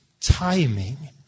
Timing